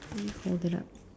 let me hold it up